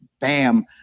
bam